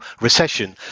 recession